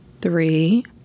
three